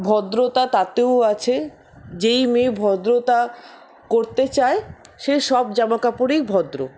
ভদ্রতা তাতেও আছে যেই মেয়ে ভদ্রতা করতে চায় সে সব জামা কাপড়েই ভদ্র